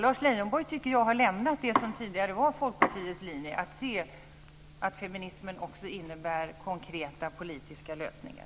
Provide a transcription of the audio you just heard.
Jag tycker att Lars Leijonborg har lämnat det som tidigare var Folkpartiets linje, att se att feminismen också innebär konkreta politiska lösningar.